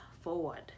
forward